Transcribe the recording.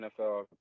NFL